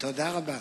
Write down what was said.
תודה רבה.